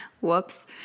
Whoops